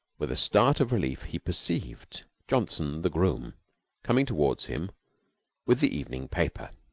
with a start of relief, he perceived johnson the groom coming toward him with the evening paper.